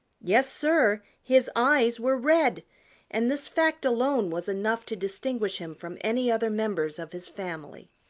yes, sir, his eyes were red and this fact alone was enough to distinguish him from any other members of his family.